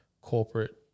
corporate